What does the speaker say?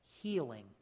healing